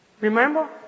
Remember